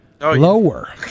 Lower